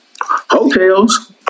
Hotels